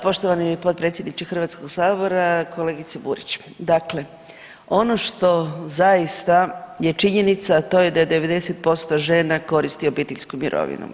Poštovani potpredsjedniče Hrvatskog sabora, kolegice Burić, dakle ono što zaista je činjenica, a to je da 90% žena koristi obiteljsku mirovinu.